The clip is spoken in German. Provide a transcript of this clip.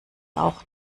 auch